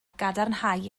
gadarnhau